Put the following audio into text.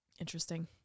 interesting